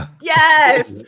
Yes